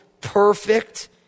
perfect